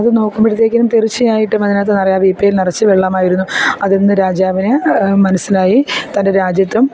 അതു നോക്കുമ്പോഴത്തേക്കിനും തീര്ച്ചയായിട്ടും അതിനകത്ത് നിറയെ ആ വീപ്പയില് നിറച്ച് വെള്ളമായിരുന്നു അതില് നിന്ന് രാജാവിനു മനസ്സിലായി തന്റെ രാജ്യത്തും